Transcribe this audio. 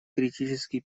критический